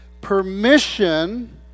permission